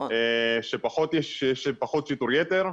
שפחות יש שיטור יתר,